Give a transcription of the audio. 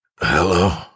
Hello